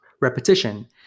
repetition